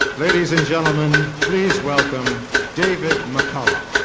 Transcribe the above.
ladies and gentleman, please welcome david mccullough.